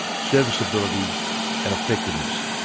serviceability and effectiveness.